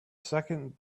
second